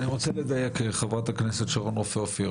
חברת הכנסת רופא אופיר,